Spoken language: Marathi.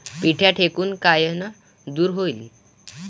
पिढ्या ढेकूण कायनं दूर होईन?